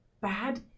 bad